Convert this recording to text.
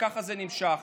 וככה זה נמשך.